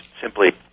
simply